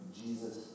Jesus